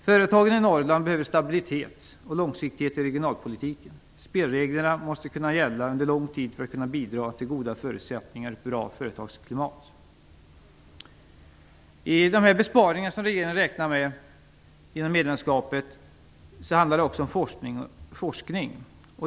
Företagen i Norrland behöver en stabilitet och långsiktighet i regionalpolitiken. Spelreglerna måste gälla under lång tid för att kunna bidra till goda förutsättningar och ett bra företagsklimat. I de besparingar som regeringen räknar med genom medlemskapet ingår också medel för forskning.